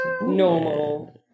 normal